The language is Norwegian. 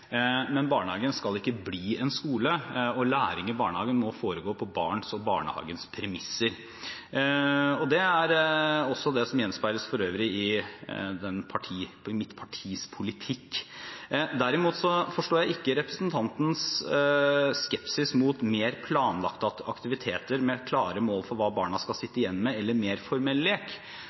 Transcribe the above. barns og barnehagens premisser, og det gjenspeiles for øvrig i mitt partis politikk. Derimot forstår jeg ikke representantens skepsis til mer planlagte aktiviteter med klare mål for hva barn skal sitte igjen med, eller til mer formell lek.